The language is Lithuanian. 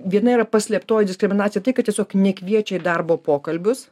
viena yra paslėptoji diskriminacija tai kad tiesiog nekviečia darbo pokalbius